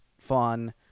fun